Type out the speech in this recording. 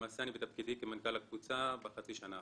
אני בתפקידי כמנכ"ל הקבוצה בחצי השנה האחרונה.